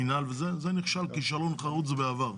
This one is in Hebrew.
מנהל וזה, זה נכשל כישלון חרוץ בעבר.